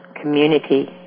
community